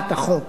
תודה רבה.